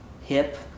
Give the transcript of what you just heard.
Hip